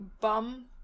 bum